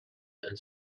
and